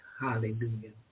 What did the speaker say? Hallelujah